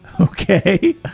Okay